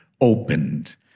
opened